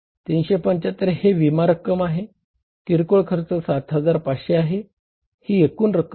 375 हे विमा रक्कम आहे किरकोळ खर्च 7500 आहे ही एकूण रक्कम आहे